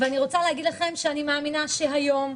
אני מאמינה שהיום,